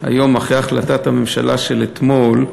החלטת הממשלה של אתמול,